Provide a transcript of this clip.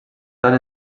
tant